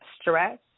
stress